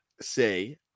say